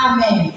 Amen